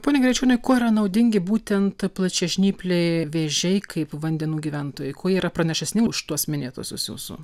pone greičiūnai kuo yra naudingi būtent plačiažnypliai vėžiai kaip vandenų gyventojai kuo jie yra pranašesni už tuos minėtuosius jūsų